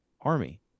army